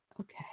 Okay